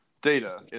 Data